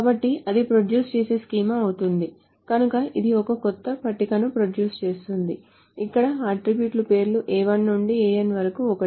కాబట్టి అది ప్రొడ్యూస్ చేసే స్కీమా అవుతుంది కనుక ఇది ఒక కొత్త పట్టికను ప్రొడ్యూస్ చేస్తుంది ఇక్కడ ఆ అట్ట్రిబ్యూట్ల పేర్లు A1 నుండి An వరకు ఒకటి